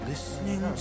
Listening